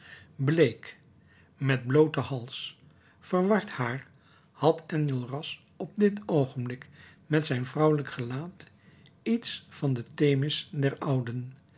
bleek met blooten hals verward haar had enjolras op dit oogenblik met zijn vrouwelijk gelaat iets van de themis der ouden